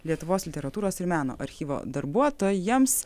lietuvos literatūros ir meno archyvo darbuotojams